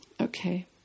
Okay